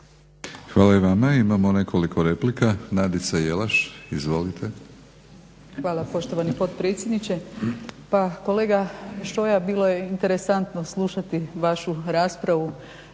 Hvala i vama. Imamo nekoliko replika. Nadica Jelaš. Izvolite. **Jelaš, Nadica (SDP)** Hvala poštovani potpredsjedniče. Pa kolega Šoja bilo je interesantno slušati vašu raspravu